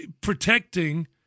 protecting